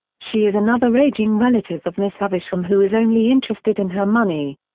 she is another ageing relative of miss havisham who is only interested in her money.